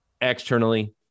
externally